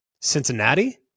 Cincinnati